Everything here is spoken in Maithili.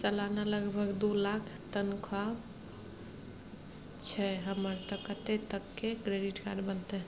सलाना लगभग दू लाख तनख्वाह छै हमर त कत्ते तक के क्रेडिट कार्ड बनतै?